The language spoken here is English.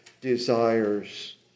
desires